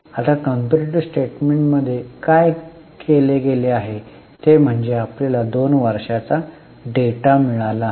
आता comparative statement मध्ये काय केले गेले आहे ते म्हणजे आपल्याला 2 वर्षाचा डेटा मिळाला आहे